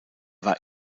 war